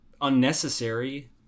unnecessary